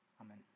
Amen